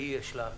והיא,